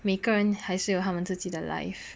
每个人还是有他们自己的 life